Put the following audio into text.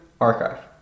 archive